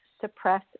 suppress